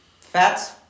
Fats